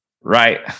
right